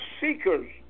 seekers